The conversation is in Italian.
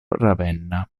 ravenna